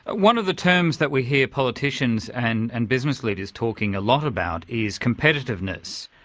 ah one of the terms that we hear politicians and and business leaders talking a lot about is competitiveness.